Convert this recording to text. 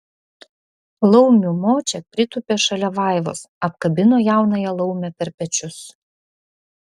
laumių močia pritūpė šalia vaivos apkabino jaunąją laumę per pečius